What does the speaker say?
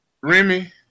Remy